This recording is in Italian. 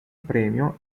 premio